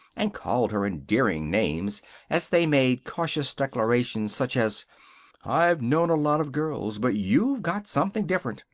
and called her endearing names as they made cautious declarations such as i've known a lot of girls, but you've got something different.